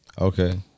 Okay